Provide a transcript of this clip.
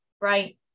right